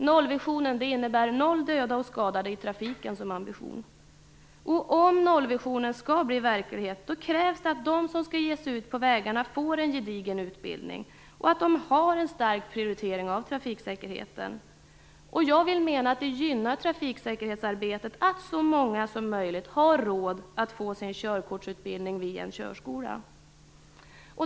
"Nollvisionen" innebär noll döda och skadade i trafiken som ambition. Om den skall bli verklighet krävs att de som skall ge sig ut på vägarna får en gedigen utbildning och att de har en stark prioritering av trafiksäkerheten. Jag menar att det gynnar trafiksäkerhetsarbetet att så många som möjligt har råd att få sin körkortsutbildning vid en körskola.